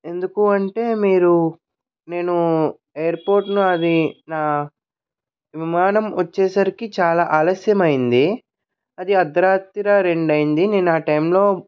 ఎందుకు అంటే మీరు నేను ఎయిర్పోర్ట్ను అది నా విమానం వచ్చేసరికి చాలా ఆలస్యమైంది అది అర్ధరాత్రి రెండు అయింది నేనా టైమ్లో